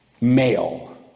Male